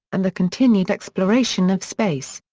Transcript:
and the continued exploration of space.